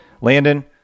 Landon